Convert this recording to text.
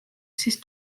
siis